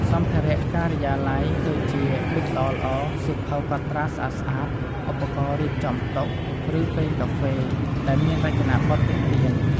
សម្ភារៈការិយាល័យ ដូចជា ប៊ិចល្អៗ សៀវភៅកត់ត្រាស្អាតៗ ឧបករណ៍រៀបចំតុ ឬ ពែងកាហ្វេ ដែលមានរចនាបថទាក់ទាញ។